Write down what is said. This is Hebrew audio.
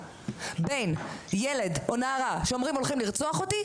בנוהל בין ילד או נערה שאומרים "הולכים לרצוח אותי"